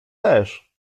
też